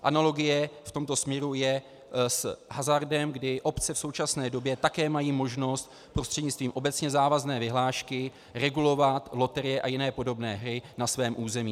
Analogie v tomto směru je s hazardem, kdy obce v současné době také mají možnost prostřednictvím obecně závazné vyhlášky regulovat loterie a jiné podobné hry na svém území.